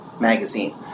Magazine